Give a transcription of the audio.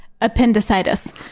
appendicitis